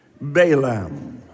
Balaam